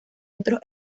otros